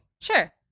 Sure